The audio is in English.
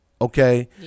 Okay